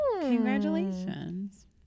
Congratulations